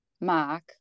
Mark